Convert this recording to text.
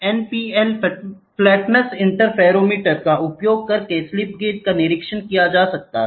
NPL flatness interferometer का उपयोग करके स्लिप गेज का निरीक्षण किया जा रहा है